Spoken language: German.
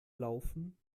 laufen